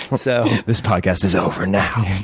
so this podcast is over now,